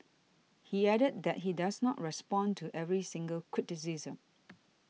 he added that he does not respond to every single criticism